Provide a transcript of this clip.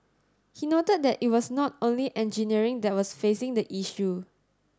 he noted that it was not only engineering that was facing the issue